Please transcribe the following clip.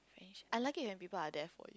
I like it when people are there for